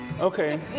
okay